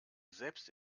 selbst